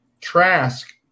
Trask